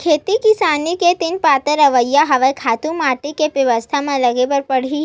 खेती किसानी के दिन बादर अवइया हवय, खातू माटी के बेवस्था म लगे बर परही